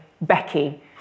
Becky